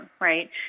right